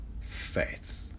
faith